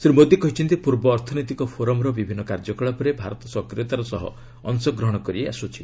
ଶ୍ରୀ ମୋଦୀ କହିଛନ୍ତି ପୂର୍ବ ଅର୍ଥନୈତିକ ଫୋରମ୍ର ବିଭିନ୍ନ କାର୍ଯ୍ୟକଳାପରେ ଭାରତ ସକ୍ରିୟତାର ସହ ଅଂଶଗ୍ରହଣ କରି ଆସୁଛି